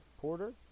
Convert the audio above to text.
Porter